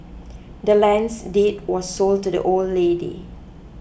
the land's deed was sold to the old lady